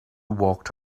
walked